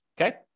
Okay